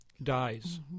dies